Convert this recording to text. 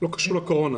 לא קשור לקורונה.